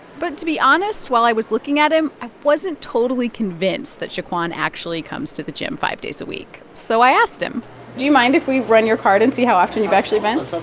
but to be honest, while i was looking at him, i wasn't totally convinced that gequan actually comes to the gym five days a week. so i asked him do you mind if we run your card and see how often you've actually been? so